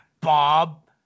Bob